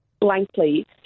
blankly